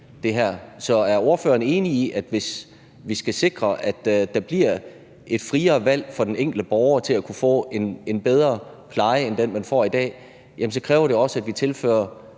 Så er ordføreren enig i, at hvis vi skal sikre, at der bliver et friere valg for den enkelte borger til at kunne få en bedre pleje end den, man får i dag, så kræver det også, at vi tilfører